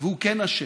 והוא כן אשם,